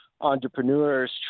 entrepreneurs